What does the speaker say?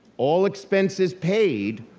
all expenses paid,